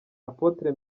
apotre